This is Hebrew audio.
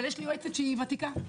אבל יש לי יועצת שהיא ותיקה.